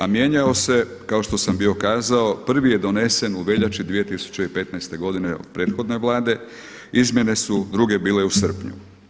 A mijenjao se kao što sam bio kazao prvi je donesen u veljači 2015. godine od prethodne Vlade, izmjene su druge bile u srpnju.